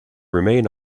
remain